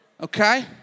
Okay